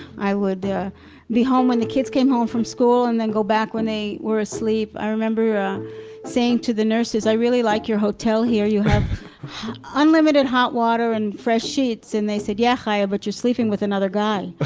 i would be home when the kids came home from school and then go back when they were asleep. i remember ah saying to the nurses, i really like your hotel here. you have unlimited hot water and fresh sheets, and they said yeah, chaya, but you're sleeping with another guy. but